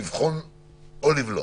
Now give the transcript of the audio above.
לבחון או לבלום.